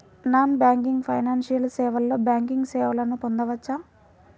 Non banking financial సేవలో banking సేవలను పొందవచ్చా?